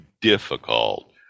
difficult